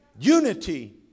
Unity